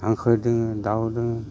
हांखो दों दाउ दों